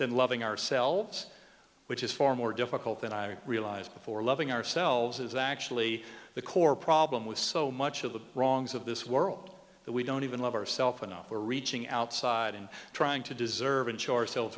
than loving ourselves which is far more difficult than i realized before loving ourselves is actually the core problem with so much of the wrongs of this world that we don't even love ourself enough for reaching outside and trying to deserve in